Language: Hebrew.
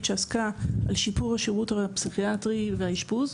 שעסקה בשיפור השירות הפסיכיאטרי והאשפוז,